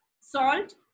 salt